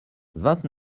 vingt